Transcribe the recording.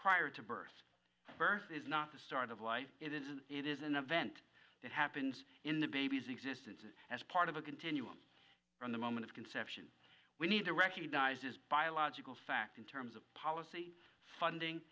prior to birth birth is not the start of life it is an event that happens in the baby's existence and as part of a continuum from the moment of conception we need to recognize this biological fact in terms of policy funding